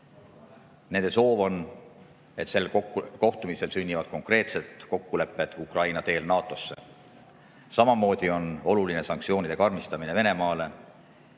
Nende soov on, et sellel kohtumisel sünnivad konkreetsed kokkulepped Ukraina teel NATO-sse. Samamoodi on oluline karmistada sanktsioone Venemaale